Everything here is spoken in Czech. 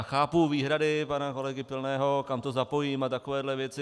Chápu výhrady pana kolegy Pilného, kam to zapojím a takové věci.